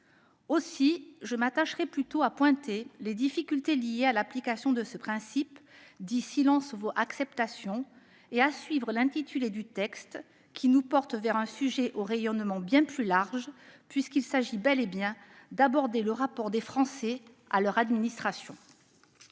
Aussi, je m'attacherai plutôt à pointer les difficultés liées à l'application du principe selon lequel le silence vaut acceptation et à commenter l'intitulé du texte, qui nous porte vers un sujet au rayonnement bien plus large, puisqu'il s'agit bel et bien d'aborder le rapport des Français à leur administration.